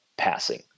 passing